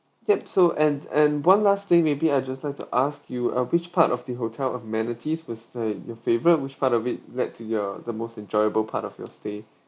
yup so and and one last thing maybe I'd just like to ask you uh which part of the hotel amenities was the your favourite which part of it led to your the most enjoyable part of your stay